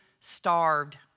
starved